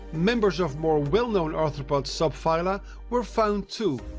members of more well-known arthropod subphyla were found too!